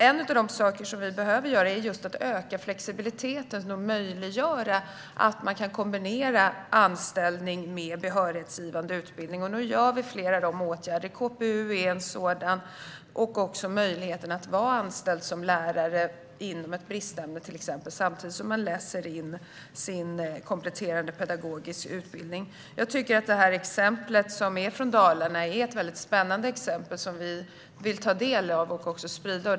En av de saker som behöver göras är att öka flexibiliteten så att anställning kan kombineras med behörighetsgivande utbildning. Nu vidtas flera åtgärder. KPU är en sådan åtgärd, det vill säga att vara anställd som lärare i ett bristämne samtidigt som man läser in en kompletterande pedagogisk utbildning. Exemplet från Dalarna är spännande, och det vill vi ta del av och sprida.